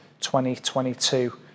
2022